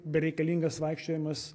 bereikalingas vaikščiojimas